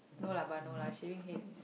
no lah but no lah shaving head is